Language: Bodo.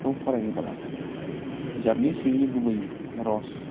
खौ फरायोबोला बिजाबनि सिंनि गुबै रस